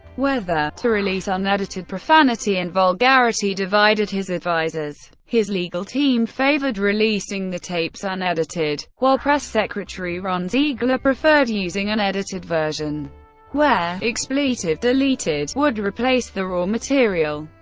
whether to release unedited profanity and vulgarity divided his advisers. his legal team favored releasing the tapes unedited, unedited, while press secretary ron ziegler preferred using an edited version where expletive deleted would replace the raw material.